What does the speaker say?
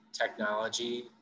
technology